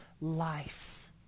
life